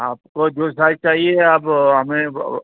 آپ کو جو سائز چاہیے آب ہمیں